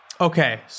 Okay